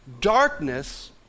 Darkness